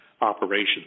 operations